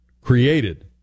created